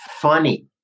funny